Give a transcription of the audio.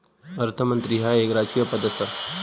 अर्थमंत्री ह्या एक राजकीय पद आसा